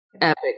Epic